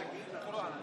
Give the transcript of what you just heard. אני חייב להגיד לך,